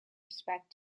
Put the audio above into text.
respect